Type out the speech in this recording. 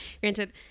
Granted